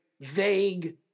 vague